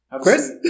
Chris